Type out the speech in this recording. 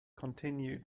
continue